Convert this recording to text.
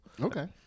Okay